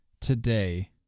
today